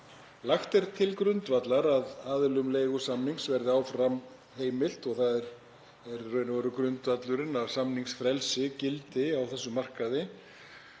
Lagt er til grundvallar að aðilum leigusamnings verði áfram heimilt, og það er í raun og veru grundvöllurinn, að samningsfrelsi gildi á þessum markaði,